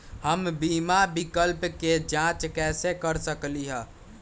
हम बीमा विकल्प के जाँच कैसे कर सकली ह?